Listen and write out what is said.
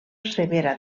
severa